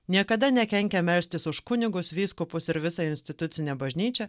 niekada nekenkia melstis už kunigus vyskupus ir visą institucinę bažnyčią